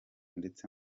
ndetse